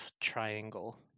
Triangle